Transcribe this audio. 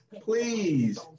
please